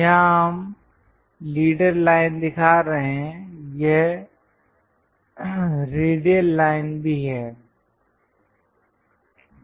यहां हम leader line दिखा रहे हैं यह रेडियल लाइन भी है